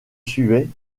suivait